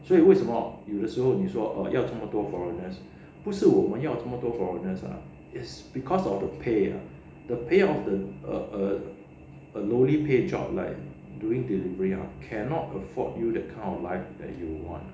所以为什么有的时候你说哦要这么多 foreigners 不是我们要这么多 foreigners ah iT's because of the pay ah the pay of the err a lowly paid job like doing delivery ah cannot afford you the kind of life that you want